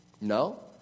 No